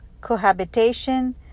cohabitation